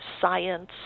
science